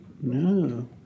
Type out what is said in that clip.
No